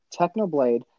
Technoblade